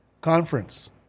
conference